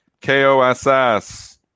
K-O-S-S